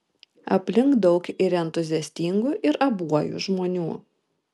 aplink daug ir entuziastingų ir abuojų žmonių